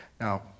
Now